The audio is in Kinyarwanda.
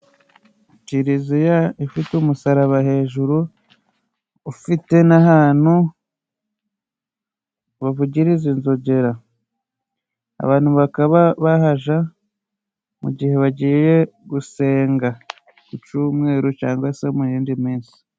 Kiliziya ifite umusaraba hejuru, ifite n'ahantu bavugiriza inzogera abantu bakaba bahaja mu gihe bagiye gusenga ku cyumweru cyangwa se mu yindi minsi.